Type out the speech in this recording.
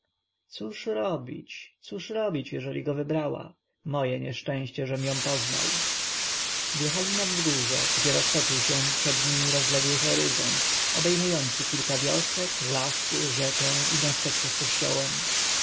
cóż robić cóż robić jeżeli go wybrała moje nieszczęście żem ją poznał wjechali na wzgórze gdzie roztoczył się przed nimi rozległy horyzont obejmujący kilka wiosek lasy rzekę i miasteczko z kościołem